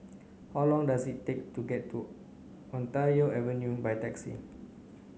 how long does it take to get to Ontario Avenue by taxi